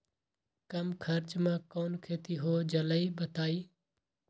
कम खर्च म कौन खेती हो जलई बताई?